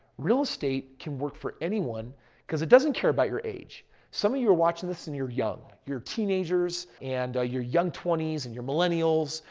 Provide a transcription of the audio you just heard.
real estate can work for anyone because it doesn't care about your age. some of you are watching this in you're young, you're teenagers and you're young twenty s and you're millennials.